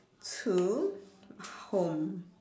to home